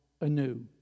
anew